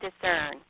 discern